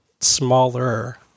smaller